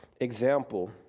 example